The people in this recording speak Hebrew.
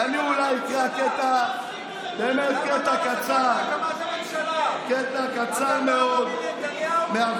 ואני אולי אקרא קטע קצר מאוד מהוועדה,